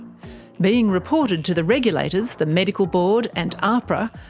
being reported to the regulators the medical board and ahpra,